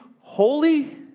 holy